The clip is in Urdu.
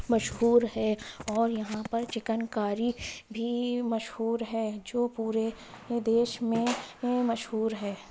مشہور ہے اور یہاں پر چکن کاری بھی مشہور ہے جو پورے دیش میں مشہور ہے